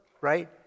right